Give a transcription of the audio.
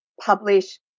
publish